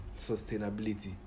sustainability